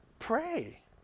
pray